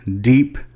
deep